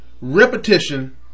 repetition